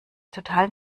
totalen